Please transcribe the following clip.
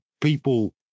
people